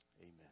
amen